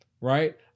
right